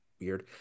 weird